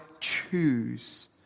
choose